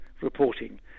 reporting